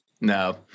No